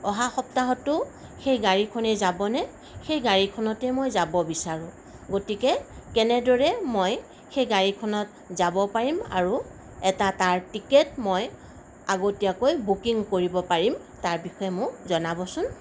অহা সপ্তাহতো সেই গাড়ীখনেই যাবনে সেই গাড়ীখনতে মই যাব বিচাৰোঁ গতিকে কেনেদৰে মই সেই গাড়ীখনত যাব পাৰিম আৰু এটা তাৰ টিকেট মই আগতিয়াকৈ বুকিং কৰিব পাৰিম তাৰ বিষয়ে মোক জনাবচোন